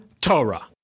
Torah